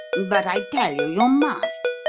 but i tell you you must.